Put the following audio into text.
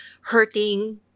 hurting